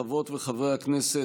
חברות וחברי הכנסת,